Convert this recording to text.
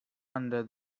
under